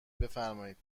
بفرمایید